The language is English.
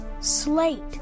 slate